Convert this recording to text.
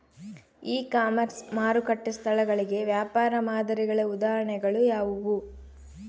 E commerce ಮಾರುಕಟ್ಟೆ ಸ್ಥಳಗಳಿಗೆ ವ್ಯಾಪಾರ ಮಾದರಿಗಳ ಉದಾಹರಣೆಗಳು ಯಾವುವು?